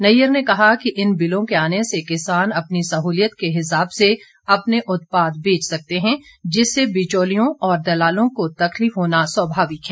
नैयर ने कहा कि इन बिलों के आने से किसान अपनी सहूलियत के हिसाब से अपने उत्पाद बेच सकते है जिससे बिचौलियों और दलालों को तकलीफ होना स्वभाविक है